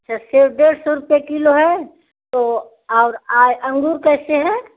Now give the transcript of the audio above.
तो सेब डेढ़ सौ रुपये किलो है तो और आय अंगूर कैसे हैँ